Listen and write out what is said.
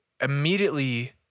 immediately